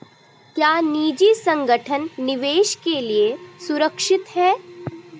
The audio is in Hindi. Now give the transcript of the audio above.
क्या निजी संगठन निवेश के लिए सुरक्षित हैं?